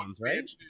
right